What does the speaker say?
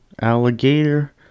Alligator